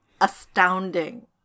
astounding